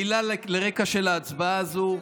מילה לרקע של ההצבעה הזו.